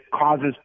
causes